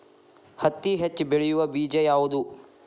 ಹತ್ತಿ ಹೆಚ್ಚ ಬೆಳೆಯುವ ಬೇಜ ಯಾವುದು?